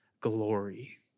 glory